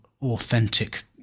authentic